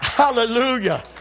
Hallelujah